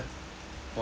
five